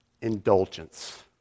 Indulgence